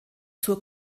zur